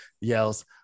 yells